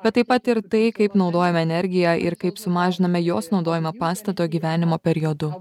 bet taip pat ir tai kaip naudojame energiją ir kaip sumažiname jos naudojimą pastato gyvenimo periodu